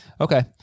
Okay